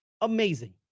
amazing